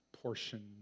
portion